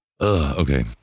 Okay